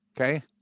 Okay